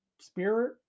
spirit